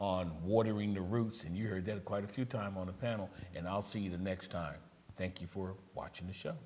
on watering the roots and you heard that quite a few times on the panel and i'll see the next time thank you for watching the show